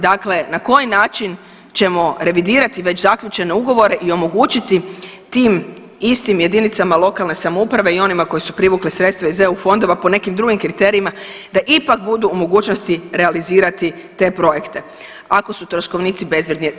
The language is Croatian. Dakle, na koji način ćemo revidirati već zaključene ugovore i omogućiti tim istim jedinicama lokalne samouprave i onima koje su privukle sredstva iz EU fondova po nekim drugim kriterijima, da ipak budu u mogućnosti realizirati te projekte, ako su troškovnici bezvrijedni.